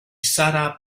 sara